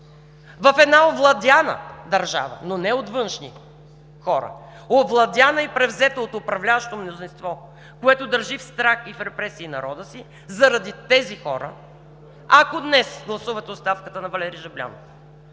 в една овладяна държава, но не от външни хора, овладяна и превзета от управляващото мнозинство, което държи в страх и в репресии народа си. Заради тези хора, ако днес гласувате оставката на Валери Жаблянов,